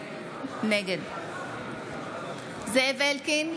נגד זאב אלקין,